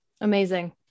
Amazing